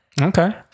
Okay